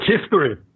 history